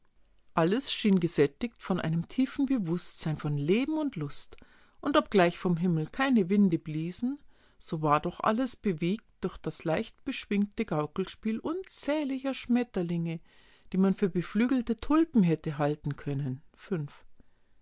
alles schien gesättigt von einem tiefen bewußtsein von leben und lust und obgleich vom himmel keine winde bliesen so war doch alles bewegt durch das leichtbeschwingte gaukelspiel unzähliger schmetterlinge die man für beflügelte tulpen hätte halten können